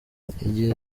igihe